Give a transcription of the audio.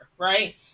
Right